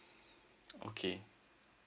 okay